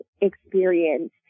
experience